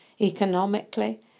economically